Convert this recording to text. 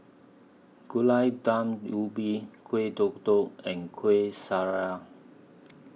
Gulai Daun Ubi Kueh Kodok and Kuih Syara